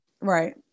right